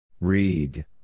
Read